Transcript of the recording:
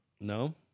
No